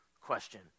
question